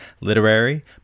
literary